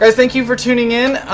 ah thank you for tuning in.